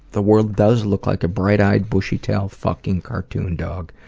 the world does look like a bright-eyed, bushy-tailed fucking cartoon dog.